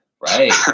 right